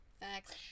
Thanks